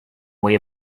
way